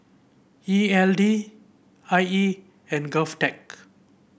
E L D I E and Govtech